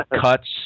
cuts